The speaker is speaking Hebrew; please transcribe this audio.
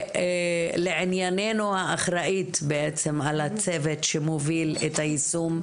ולענייננו האחראית בעצם על הצוות שמוביל את היישום,